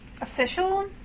Official